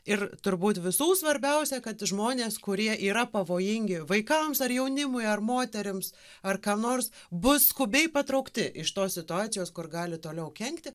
ir turbūt visų svarbiausia kad žmonės kurie yra pavojingi vaikams ar jaunimui ar moterims ar kam nors bus skubiai patraukti iš tos situacijos kur gali toliau kenkti